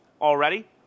already